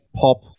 pop